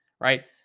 right